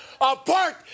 apart